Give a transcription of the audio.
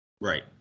Right